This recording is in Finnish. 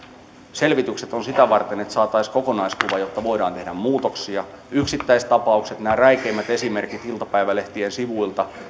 selvitykset ovat sitä varten että saataisiin kokonaiskuva jotta voidaan tehdä muutoksia yksittäistapauksista näistä räikeimmistä esimerkeistä iltapäivälehtien sivuilta